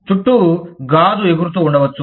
చుట్టూ గాజు ఎగురుతూ ఉండవచ్చు